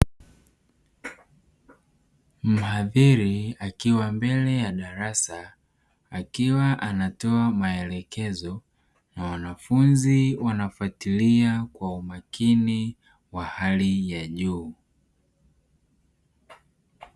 Mhadhiri akiwa mbele ya darasa akiwa anatoa maelekezo na wanafunzi wanafatilia kwa umakini wa hali ya juu.